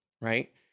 right